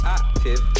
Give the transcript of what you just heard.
active